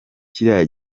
kiriya